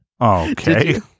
okay